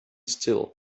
still